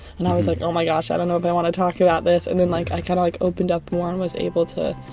and i was like, oh my gosh, i don't know if but i wanna talk about this! and then like i kind of like opened up more and was able to,